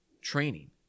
training